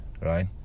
right